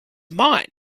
mine